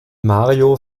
mario